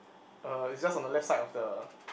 uh it's just on the left side of the